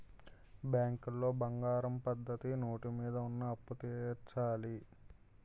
బ్యాంకులో బంగారం పద్ధతి నోటు మీద ఉన్న అప్పు తీర్చాలి